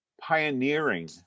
pioneering